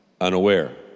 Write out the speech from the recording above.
unaware